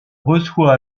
reçoit